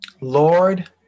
lord